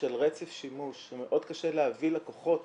של רצף שימוש ומאוד קשה להביא לקוחות